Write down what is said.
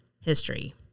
history